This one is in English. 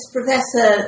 Professor